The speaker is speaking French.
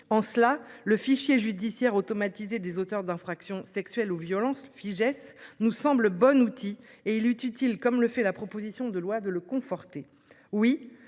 en cela le fichier judiciaire automatisé des auteurs d'infractions sexuelles aux violences Fijais nous semble bon outil est-il utile, comme le fait la proposition de loi de le conforter.